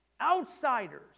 Outsiders